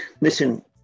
Listen